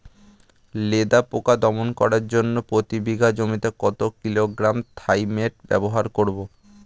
লেদা পোকা দমন করার জন্য প্রতি বিঘা জমিতে কত কিলোগ্রাম থাইমেট ব্যবহার করব?